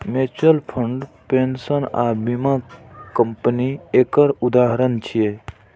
mutual fund, pension आ बीमा company एकर उदाहरण छियै